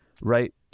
right